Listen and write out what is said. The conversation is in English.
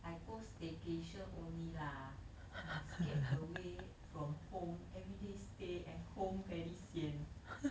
I go staycation only lah must get away from home everyday stay at home very sian yeah